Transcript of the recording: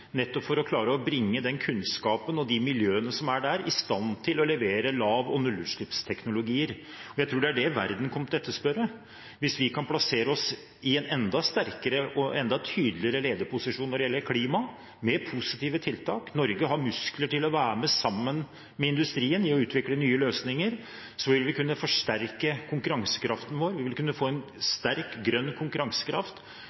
nettopp for å klare å bringe den kunnskapen og de miljøene som er der, i stand til å levere lav- og nullutslippsteknologier. Jeg tror det er det verden kommer til å etterspørre. Hvis vi kan plassere oss i en enda sterkere og enda tydeligere lederposisjon når det gjelder klima, med positive tiltak – og Norge har, sammen med industrien, muskler til å være med på å utvikle nye løsninger – vil vi kunne forsterke konkurransekraften vår, vi vil kunne få en